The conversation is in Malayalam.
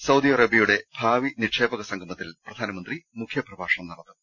സൌദി അറേബ്യയുടെ ഭാവി നിക്ഷേപക സംഗമത്തിൽ പ്രധാനമന്ത്രി മുഖ്യപ്രഭാഷണം നടത്തും